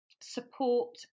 support